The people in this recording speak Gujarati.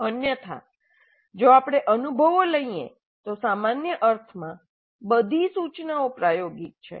અન્યથા જો આપણે અનુભવો લઈએ તો સામાન્ય અર્થમાં બધી સૂચનાઓ પ્રાયોગિક છે